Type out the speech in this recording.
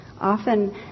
often